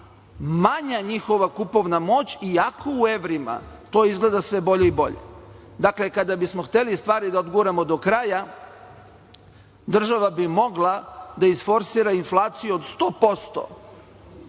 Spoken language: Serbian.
manja je njihova kupovna moć iako u evrima to izgleda sve bolje i bolje. Dakle, kada bismo hteli da stvari odguramo do kraja, država bi mogla da isforsira inflaciju od 100%